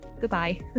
goodbye